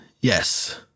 Yes